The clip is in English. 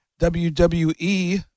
WWE